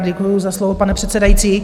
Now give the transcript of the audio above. Děkuju za slovo, pane předsedající.